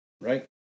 right